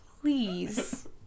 Please